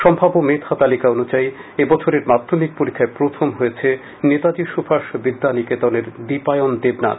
সম্ভাব্য মেধা তালিকা অনুযায়ী এই বছরের মাধ্যমিক পরীক্ষায় প্রথম হয়েছে নেতাজি সুভাষ বিদ্যানিকেতনের দীপায়ন দেবনাথ